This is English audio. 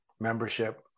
membership